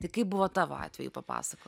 tai kaip buvo tavo atveju papasakok